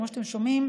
כמו שאתם שומעים,